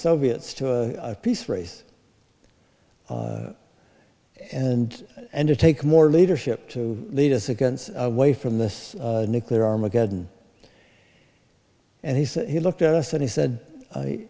soviets to a peace race and and to take more leadership to lead us against away from the nuclear armageddon and he said he looked at us and he said